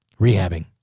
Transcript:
rehabbing